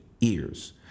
ears